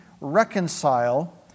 reconcile